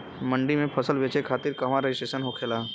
मंडी में फसल बेचे खातिर कहवा रजिस्ट्रेशन होखेला?